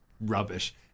rubbish